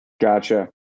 Gotcha